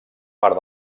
part